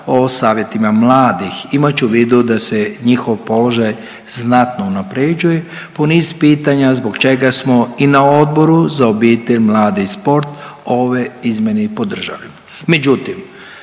o savjetima mladih imajući u vidu da se njihov položaj znatno unapređuje po niz pitanja zbog čega smo i na Odboru za obitelj, mlade i sport ove izmjene i podržali.